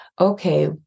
okay